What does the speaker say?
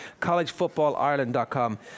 Collegefootballireland.com